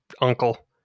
uncle